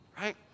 right